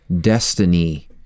destiny